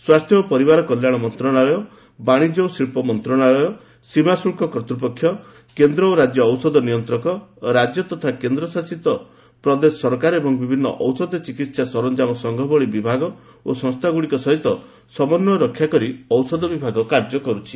ସ୍ଟାସ୍ଥ୍ୟ ଓ ପରିବାର କଲ୍ୟାଣ ମନ୍ତ୍ରଶାଳୟ ବାଶିଜ୍ୟ ଓ ଶିଳ୍ପ ମନ୍ତ୍ରଶାଳୟ ସୀମା ଶୁଳ୍କ କର୍ତ୍ତ୍ ପକ୍ଷକେନ୍ଦ୍ର ଓ ରାଜ୍ୟ ଔଷଧ ନିୟନ୍ତ୍ରକ ରାଜ୍ୟ ତଥା କେନ୍ଦ୍ର ଶାସିତ ପ୍ରଦେଶ ସରକାର ଏବଂ ବିଭିନ୍ନ ଔଷଧ ଓ ଚିକିତ୍ସା ସରଞ୍ଜାମ ସଂଘ ଭଳି ବିଭାଗ ଓ ସଂସ୍ଥାଗୁଡ଼ିକ ସହିତ ନିବିଡ଼ ସମନ୍ଚୟ ରକ୍ଷା କରି ଔଷଧ ବିଭାଗ କାର୍ଯ୍ୟ କରୁଛି